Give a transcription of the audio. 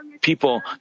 people